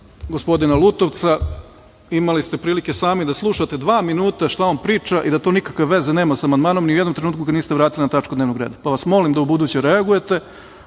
gospodina Lutovca. Imali ste prilike samo da slušate dva minuta šta on priča i da to nikakve veze nema sa amandmanom. Nijednog trenutka ga niste vratili na tačku dnevnog reda, pa vas molim da ubuduće reagujete. Ako